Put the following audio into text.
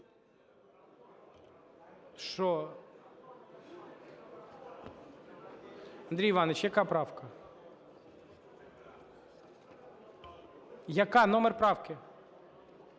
Андрій Іванович, яка правка? Яка, номер правки?